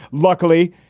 luckily,